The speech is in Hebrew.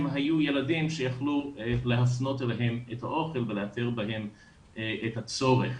היו ילדים שיכלו להפנות אליהם את האוכל ולאתר בהם את הצורך